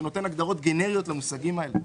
שנותן הגדרות גנריות למושגים הללו.